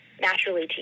naturally